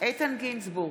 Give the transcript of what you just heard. איתן גינזבורג,